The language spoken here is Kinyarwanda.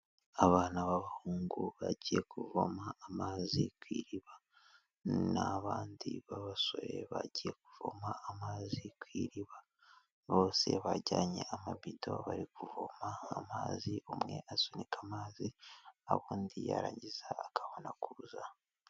Abana b'abahungu bagiye kuvoma amazi ku iriba n'abandi b'abasore bagiye kuvoma amazi ku iriba, bose bajyanye amabido bari kuvoma amazi umwe asunika amazi, aho undi yarangiza akabona kuza.